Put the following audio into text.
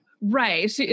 Right